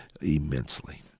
immensely